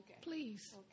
Please